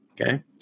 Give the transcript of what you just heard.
Okay